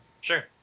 Sure